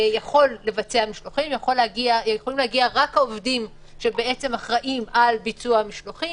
לבצע משלוחים יכולים להגיע רק העובדים שאחראים על ביצוע המשלוחים.